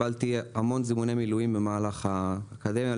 קיבלתי המון זימוני מילואים במהלך האקדמיה,